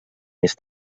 més